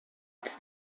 its